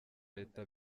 leta